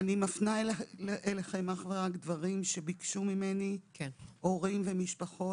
אני מפנה אליכם דברים שביקשו ממני הורים ומשפחות